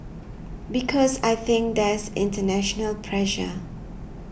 because I think there's international pressure